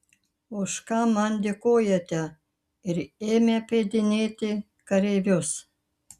už ką man dėkojate ir ėmė apeidinėti kareivius